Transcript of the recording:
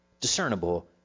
discernible